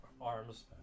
arms